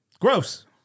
Gross